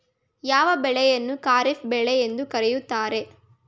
ಯಾವ ಬೆಳೆಯನ್ನು ಖಾರಿಫ್ ಬೆಳೆ ಎಂದು ಕರೆಯುತ್ತಾರೆ?